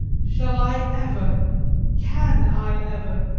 shall i ever can i ever!